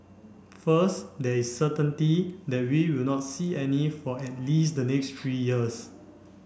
first there is certainty that we will not see any for at least the next three years